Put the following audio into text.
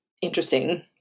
interesting